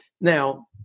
Now